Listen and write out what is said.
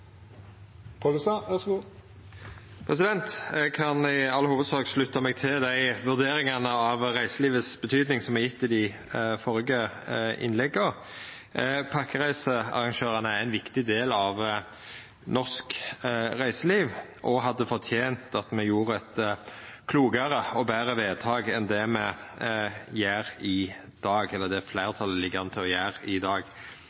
Eg kan i all hovudsak slutta meg til dei vurderingane av betydninga av reiselivet som er gjevne i dei førre innlegga. Pakkereisearrangørane er ein viktig del av norsk reiseliv og hadde fortent at me gjorde eit klokare og betre vedtak enn det fleirtalet ligg an til å gjera i dag. Det er jo vedteke i